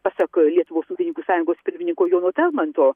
pasak lietuvos ūkininkų sąjungos pirmininko jono talmanto